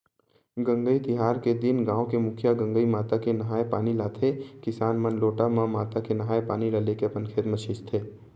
गंगई तिहार के दिन गाँव के मुखिया गंगई माता के नंहाय पानी लाथे किसान मन लोटा म माता के नंहाय पानी ल लेके अपन खेत म छींचथे